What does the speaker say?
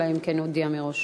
אלא אם כן יודיע מראש.